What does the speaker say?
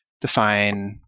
define